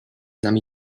nami